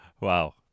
Wow